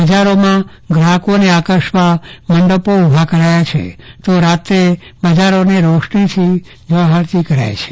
બજારોમાં ગ્રાહોકોને આવકારવા મંડપો ઉભા કરાયા છે તો રાતે બજારોને રોશનીથી ઝળહળતી કરાય છે